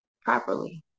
properly